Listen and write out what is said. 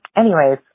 anyway,